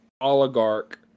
oligarch